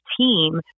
team